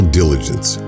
diligence